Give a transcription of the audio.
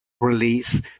release